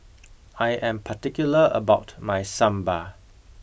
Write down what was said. I am particular about my Sambar